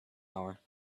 hour